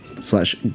slash